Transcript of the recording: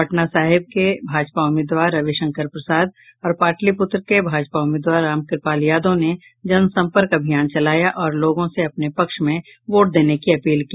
पटना साहिब के भाजपा उम्मीदवार रविशंकर प्रसाद और पाटलिपुत्र के भाजपा उम्मीदवार रामकृपाल यादव ने जनसम्कर्प अभियान चलाया और लोगों से अपने पक्ष में वोट देने की अपील की